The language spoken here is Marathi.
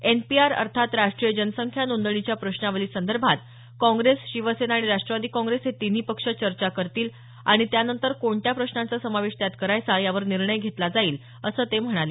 एनपीआर अर्थात राष्ट्रीय जनसंख्या नोंदणीच्या प्रश्नावली संदर्भात काँग्रेस शिवसेना आणि राष्ट्रवादी काँप्रेस हे तिन्ही पक्ष बसून चर्चा करतील आणि त्यानंतर कोणत्या प्रश्नांचा समावेश त्यात करायचा यावर निर्णय घेतला जाईल असं ते म्हणाले